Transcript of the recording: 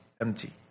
Empty